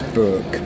book